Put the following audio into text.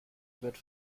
wird